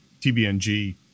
TBNG